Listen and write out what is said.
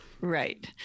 Right